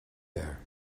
there